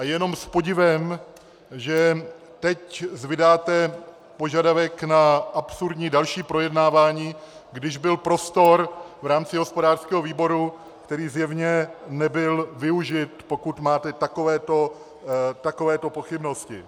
Je jenom s podivem, že teď zvedáte požadavek na absurdní další projednávání, když byl prostor v rámci hospodářského výboru, který zjevně nebyl využit, pokud máte takovéto pochybnosti.